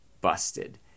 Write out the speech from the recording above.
Busted